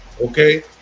Okay